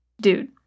Dude